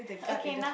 okay now